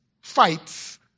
fights